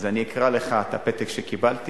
אז אני אקרא לך את הפתק שקיבלתי: